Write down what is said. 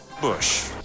Bush